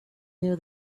knew